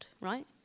right